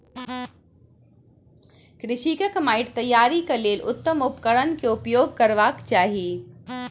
कृषकक माइट तैयारीक लेल उत्तम उपकरण केउपयोग करबाक चाही